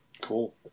Cool